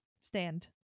stand